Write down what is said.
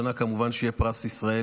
השנה כמובן יהיה פרס ישראל,